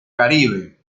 caribe